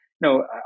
no